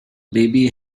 baby